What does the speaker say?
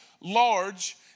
large